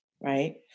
right